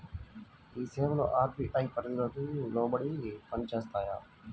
ఈ సేవలు అర్.బీ.ఐ పరిధికి లోబడి పని చేస్తాయా?